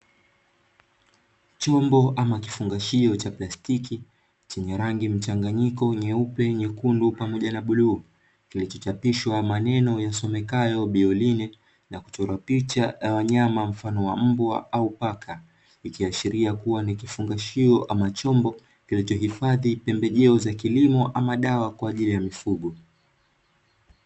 Chombo ama kifungashio cha plastiki chenye rangi mchanganyiko nyeupe, nyekundu pamoja na bluu. Kilichochapishwa maneno yasomekayo "Bioline", na kuchorwa picha za wanyama mfano wa mbwa au paka. Ikiashiria ni kifungashio ama chombo kilichohifadhi pembejeo za kilimo ama dawa kwa ajili ya mifugo.